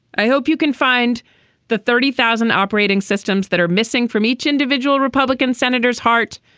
i hope you can find the thirty thousand operating systems that are missing from each individual republican senators, heart,